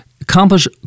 accomplish